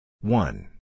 One